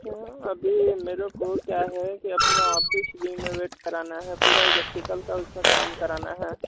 क्या अभी मेरे को क्या है कि अपना ऑफिस रिनोवेट कराना है पूरा इलेक्ट्रिकल का उसमें काम कराना है